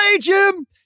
Jim